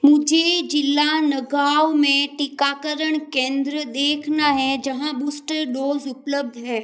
मुझे ज़िला नगाँव में टीकाकरण केंद्र देखना है जहाँ बूस्टर डोज़ उपलब्ध है